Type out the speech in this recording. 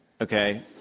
okay